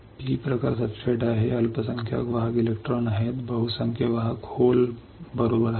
P प्रकार substrate आहे अल्पसंख्यांक वाहक इलेक्ट्रॉन आहेत बहुसंख्य वाहक छिद्र बरोबर आहेत